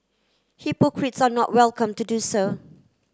hypocrites are not welcome to do so